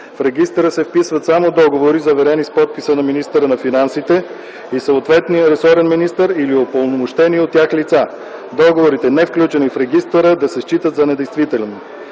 В регистъра се вписват само договори, заверени с подписа на министъра на финансите и съответния ресорен министър или упълномощени от тях лица. Договорите, невключени в регистъра, да се считат за недействителни.”